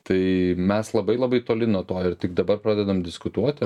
tai mes labai labai toli nuo to ir tik dabar pradedam diskutuoti